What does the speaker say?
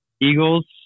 Eagles